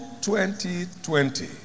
2020